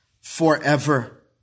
Forever